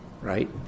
right